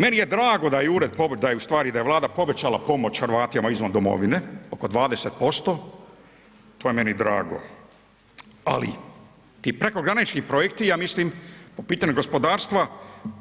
Meni je drago da je ured, da je u stvari Vlada povećala pomoć Hrvatima izvan domovine oko 20%, to je meni drago, ali ti prekogranični projekti ja mislim po pitanju gospodarstva